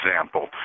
example